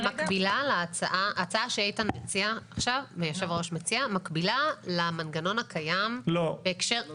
ההצעה שיושב הראש מציע מקבילה למנגנון הקיים בהקשר --- לא,